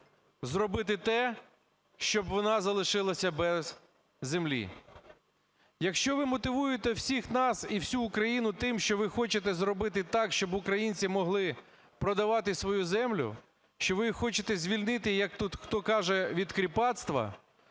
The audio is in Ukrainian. зробити те, щоб вона залишилася без землі. Якщо ви мотивуєте всіх нас і всю Україну тим, що ви хочете зробити так, щоб українці могли продавати свою землю, що ви їх хочете звільнити, як тут хто каже, від кріпацтва,